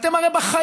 אתם הרי בחיים,